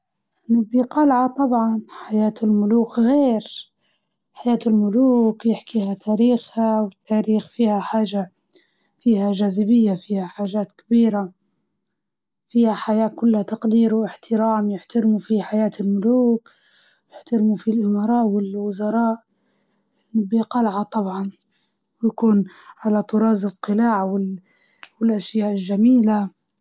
قلعة، حياة الملوك، والتاريخ فيها جاذبية كبيرة، فتلفتني إني نكون في قلعة، وأنا ملكة القلعة.